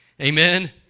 amen